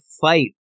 fight